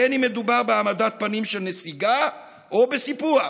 בין אם מדובר בהעמדת פנים של נסיגה או בסיפוח.